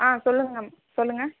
சொல்லுங்கம் சொல்லுங்க